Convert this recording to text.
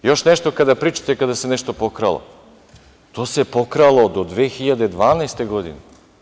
Još nešto, kada pričate kada se nešto pokralo, to se pokralo do 2012. godine.